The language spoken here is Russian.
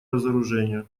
разоружению